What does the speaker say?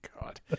God